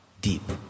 deep